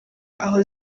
aho